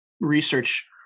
research